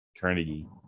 Carnegie